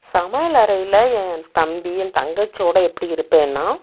சமையலறையில் என் தம்பி என் தங்கச்சியோடு எப்படி இருப்பேன்னா